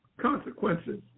consequences